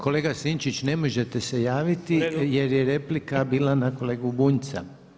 Kolega Sinčić ne možete se javiti jer je replika bila na kolegu Bunjca.